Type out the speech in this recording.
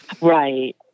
Right